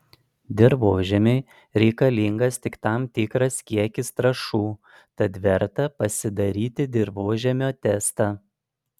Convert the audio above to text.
dirvožemiui reikalingas tik tam tikras kiekis trąšų tad verta pasidaryti dirvožemio testą